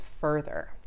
further